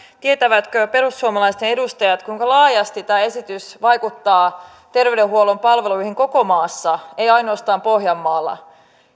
tietävätkö perussuomalaisten edustajat kuinka laajasti tämä esitys vaikuttaa terveydenhuollon palveluihin koko maassa ei ainoastaan pohjanmaalla